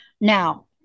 Now